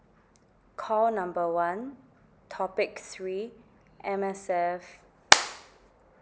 call number one topic three M_S_F